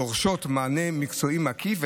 דורש מענה מקצועי מקיף,